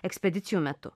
ekspedicijų metu